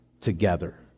together